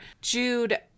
Jude